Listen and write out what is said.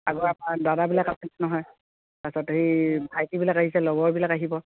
আগৰ আমাৰ দাদাবিলাক আছিল নহয় তাৰপিছত সেই ভাইটিবিলাক আহিছে লগৰবিলাক আহিব